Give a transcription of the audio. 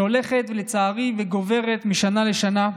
שהולכת לצערי וגוברת משנה לשנה.